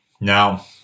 now